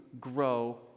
grow